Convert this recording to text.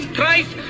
Christ